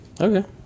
okay